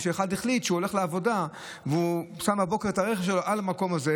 אם אחד החליט שהוא הולך לעבודה והוא שם בבוקר את הרכב שלו על המקום הזה,